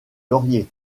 lauriers